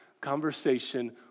conversation